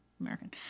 American